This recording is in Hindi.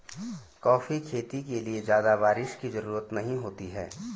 कॉफी खेती के लिए ज्यादा बाऱिश की जरूरत नहीं होती है